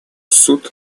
суд